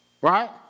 right